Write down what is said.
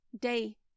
day